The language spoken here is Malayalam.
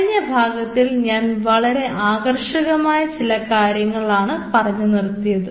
കഴിഞ്ഞ ഭാഗത്തിൽ ഞാൻ വളരെ ആകർഷകമായ ചില കാര്യങ്ങൾ പറഞ്ഞാണ് നിർത്തിയത്